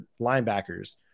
linebackers